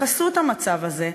בחסות המצב הזה,